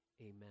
amen